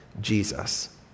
Jesus